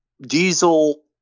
diesel